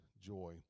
joy